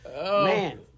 man